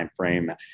timeframe